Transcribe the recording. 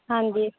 ਹਾਂਜੀ